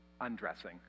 undressing